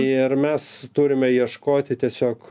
ir mes turime ieškoti tiesiog